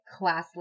classless